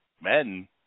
men